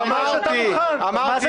מה הבעיה?